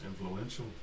influential